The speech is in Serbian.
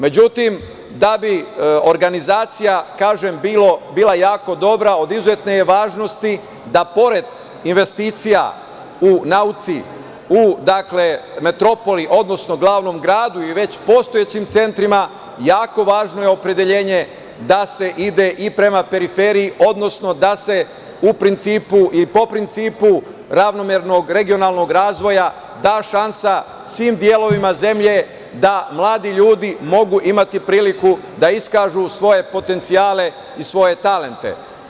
Međutim, da bi organizacija bila jako dobro od izuzetne je važnosti da pored investicija u nauci, u metropoli, odnosno glavnom gradu i već postojećim centrima jako važno je opredeljenje da se ide i prema periferiji, odnosno da se u principu i po principu ravnomernog regionalnog razvoja da šansa svim delovima zemlje da mladi ljudi mogu imati priliku da iskažu svoje potencijale i svoje talente.